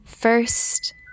First